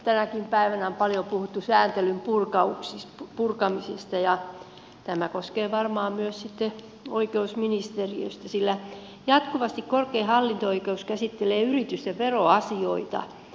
tänäkin päivänä on paljon puhuttu sääntelyn purkamisista ja tämä koskee varmaan myös sitten oikeusministeriötä sillä jatkuvasti korkein hallinto oikeus käsittelee yritysten veroasioita